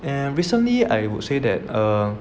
and recently I would say that err